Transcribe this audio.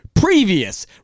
previous